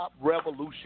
Revolution